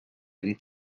and